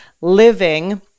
living